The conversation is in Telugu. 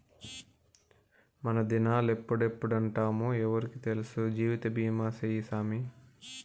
మనదినాలెప్పుడెప్పుంటామో ఎవ్వురికి తెల్సు, జీవితబీమా సేయ్యి సామీ